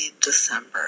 December